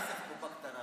כל הכסף פה בקטנה.